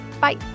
Bye